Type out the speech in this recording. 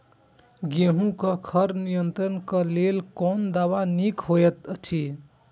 गेहूँ क खर नियंत्रण क लेल कोन दवा निक होयत अछि?